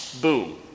boom